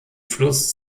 fluss